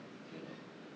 you know